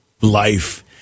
life